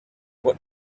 what